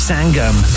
Sangam